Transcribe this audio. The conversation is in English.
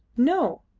no,